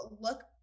look